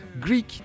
Greek